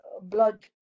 blood